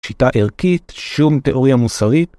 שיטה ערכית, שום תיאוריה מוסרית.